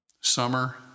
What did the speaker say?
summer